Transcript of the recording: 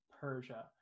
Persia